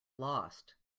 lost